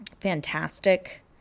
fantastic